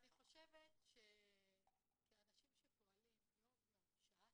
אני חושבת שכאנשים שפועלים יום יום ושעה